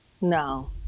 No